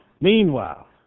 Meanwhile